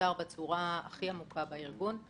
ומנוטר בצורה הכי עמוקה בארגון.